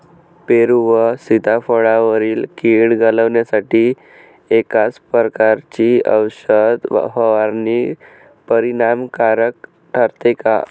पेरू व सीताफळावरील कीड घालवण्यासाठी एकाच प्रकारची औषध फवारणी परिणामकारक ठरते का?